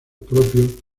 propios